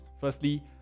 Firstly